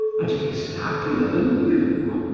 and he is happier than you.